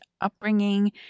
upbringing